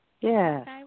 Yes